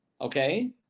okay